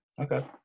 Okay